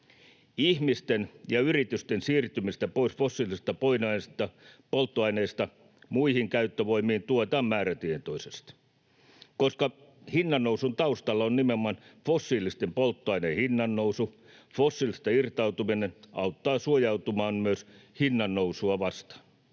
Ihmisten ja yritysten siirtymistä pois fossiilisista polttoaineista muihin käyttövoimiin tuetaan määrätietoisesti. Koska hinnannousun taustalla on nimenomaan fossiilisten polttoaineiden hinnannousu, fossiilisista irtautuminen auttaa suojautumaan myös hinnannousua vastaan.